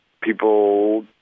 people